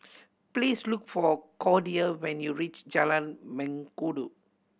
please look for Cordia when you reach Jalan Mengkudu